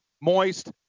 moist